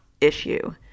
issue